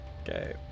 Okay